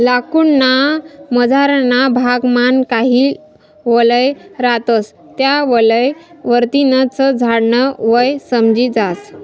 लाकूड ना मझारना भाग मान काही वलय रहातस त्या वलय वरतीन च झाड न वय समजी जास